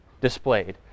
displayed